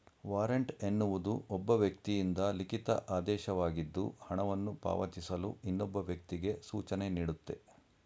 warrant ಎನ್ನುವುದು ಒಬ್ಬ ವ್ಯಕ್ತಿಯಿಂದ ಲಿಖಿತ ಆದೇಶವಾಗಿದ್ದು ಹಣವನ್ನು ಪಾವತಿಸಲು ಇನ್ನೊಬ್ಬ ವ್ಯಕ್ತಿಗೆ ಸೂಚನೆನೀಡುತ್ತೆ